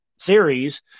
series